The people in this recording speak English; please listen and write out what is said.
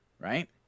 right